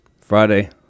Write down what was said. Friday